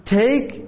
take